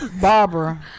Barbara